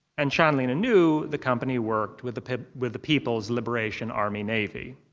and chanlina knew the company worked with the with the people's liberation army navy.